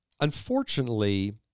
Unfortunately